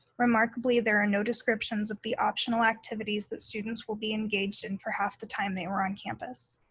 remarkably, there are no descriptions of the optional activities that students will be engaged in for half the time they're on campus.